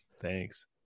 thanks